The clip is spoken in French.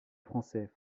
français